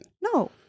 No